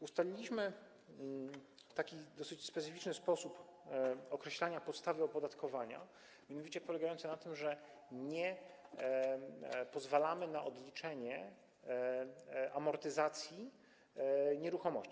Ustaliliśmy taki dosyć specyficzny sposób określania podstawy opodatkowania, mianowicie polegający na tym, że nie pozwalamy na odliczenie amortyzacji nieruchomości.